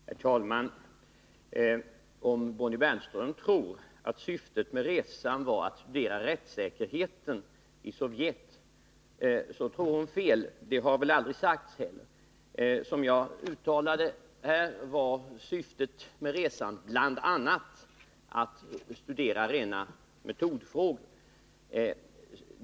Herr talman! Om Bonnie Bernström tror att syftet med resan var att studera rättssäkerheten i Sovjet tror hon fel. Det har väl heller aldrig sagts att syftet var det. Som jag har uttalat här var syftet med resan bl.a. att studera rena metodfrågor.